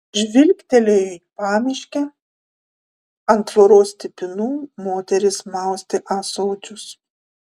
žvilgtelėjo į pamiškę ant tvoros stipinų moteris maustė ąsočius